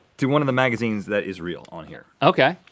to one of the magazines that is real on here. okay.